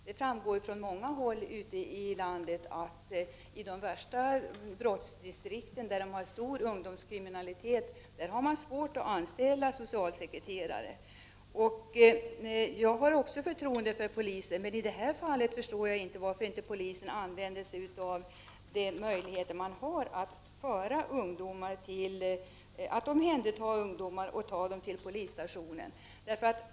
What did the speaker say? Det framgår från många håll ute i landet att man i de värsta brottsdistrikten, där man har en stor ungdomskriminalitet, har svårt att anställa socialsekreterare. Också jag har förtroende för polisen, men i det här fallet förstår jag inte varför polisen inte använder sig av de möjligheter som man har att omhänderta ungdomar och ta dem till polisstationen.